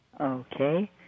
Okay